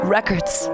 Records